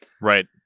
Right